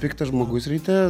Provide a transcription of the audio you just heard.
piktas žmogus ryte